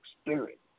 spirit